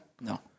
No